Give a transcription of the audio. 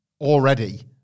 Already